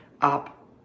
up